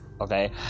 Okay